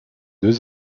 deux